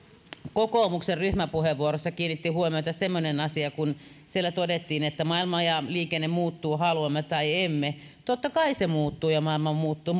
kokoomuksen ryhmäpuheenvuorossa kiinnitti huomiota semmoinen asia kun siellä todettiin että maailma ja liikenne muuttuvat haluamme tai emme totta kai se muuttuu ja maailma muuttuu